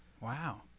Wow